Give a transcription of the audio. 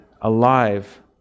alive